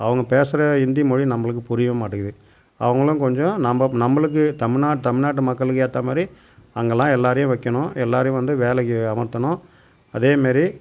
அவங்க பேசுகிற இந்தி மொழி நம்மளுக்கு புரியவே மாட்டிக்குது அவங்களும் கொஞ்சம் நம்ம நம்மளுக்கு தமிழ்நாட் தமிழ்நாட்டு மக்களுக்கு ஏற்றமாரி அங்கேலாம் எல்லாரையும் வைக்கணும் எல்லாரையும் வந்து வேலைக்கு அமர்த்தணும் அதேமாரி